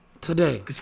Today